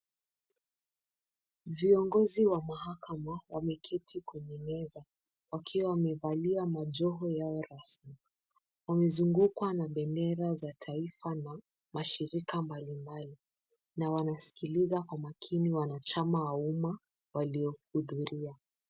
Viongozi wa mahakama wameketi kwenye meza wakiwa wamevalia majoho yao rasmi. Wamezungukwa na bendera za taifa la mashirika mbalimbali na wanasikiliza kwa makini wanachama wa umma waliohudhuria.